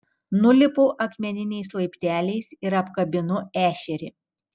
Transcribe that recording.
nulipu akmeniniais laipteliais ir apkabinu ešerį